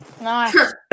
Nice